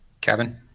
kevin